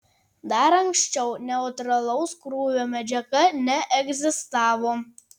dar anksčiau neutralaus krūvio medžiaga neegzistavo